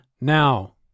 now